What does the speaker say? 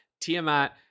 Tiamat